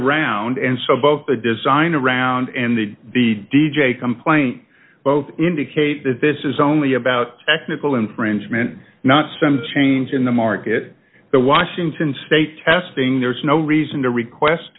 a round and so both the design around and the the d j complaint both indicate that this is only about technical infringement not some change in the market the washington state testing there's no reason to request